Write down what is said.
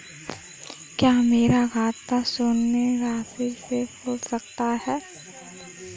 क्या मेरा खाता शून्य राशि से खुल सकता है?